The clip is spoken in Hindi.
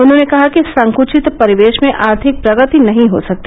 उन्होंने कहा कि संकृषित परिवेश में आर्थिक प्रगति नहीं हो सकती